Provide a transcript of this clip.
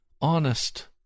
honest